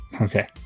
Okay